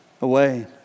away